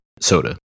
Soda